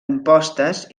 impostes